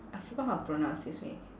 I forgot how to pronounce excuse me